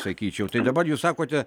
sakyčiau tai dabar jūs sakote